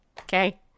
Okay